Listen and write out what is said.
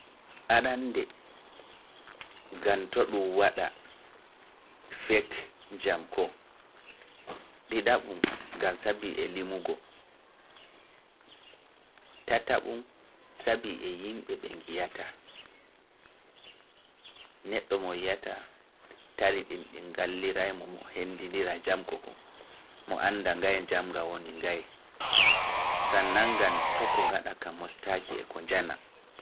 Arande, gantoo ɗum waɗa feek jam ko, ɗiɗaɓum, gantoo sabii e limugo, tataɓum sabii e yimɓe ɓin ngallira mo mo hendindira jam ko kono mo annda ngaay jam nga woni ngaay. Sanan ngan to ko ngaɗa kam mustaaki e ko njana.